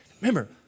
Remember